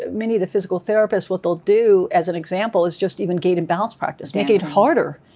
many of the physical therapists, what they'll do, as an example, is just even gait and balance practice, making it harder.